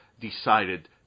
decided